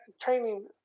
training